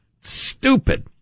Stupid